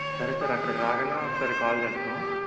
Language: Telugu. సరే సార్ అక్కడికి రాగానే ఒకసారి కాల్ చేస్తాము